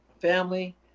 family